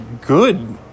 good